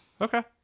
Okay